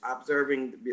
observing